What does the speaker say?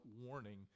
warning